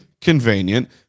convenient